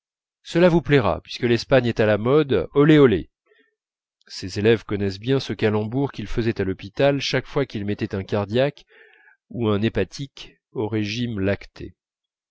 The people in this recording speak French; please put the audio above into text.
cela vous plaira puisque l'espagne est à la mode ollé ollé ses élèves connaissaient bien ce calembour qu'il faisait à l'hôpital chaque fois qu'il mettait un cardiaque ou un hépatique au régime lacté